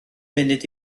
munud